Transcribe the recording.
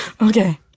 Okay